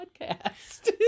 podcast